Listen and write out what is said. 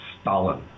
Stalin